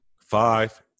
Five